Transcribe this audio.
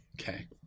Okay